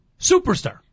superstar